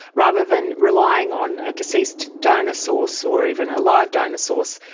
rather than relying on a deceased donor source or even a live donor source.